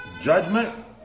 judgment